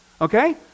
okay